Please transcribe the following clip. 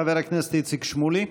חבר הכנסת איציק שמולי.